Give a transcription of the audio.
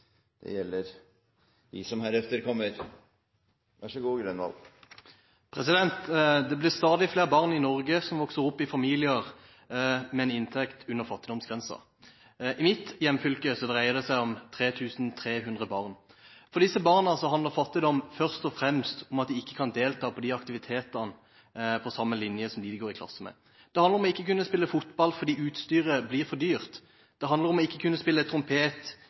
De talere som heretter får ordet, har en taletid på inntil 3 minutter. Det blir stadig flere barn i Norge som vokser opp i familier med en inntekt under fattigdomsgrensen. I mitt hjemfylke dreier det seg om 3 300 barn. For disse barna handler fattigdom først og fremst om at de ikke kan delta på aktiviteter på samme linje som dem de går i klasse med. Det handler om ikke å kunne spille fotball fordi utstyret blir for dyrt. Det handler om ikke å kunne spille trompet